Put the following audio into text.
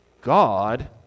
God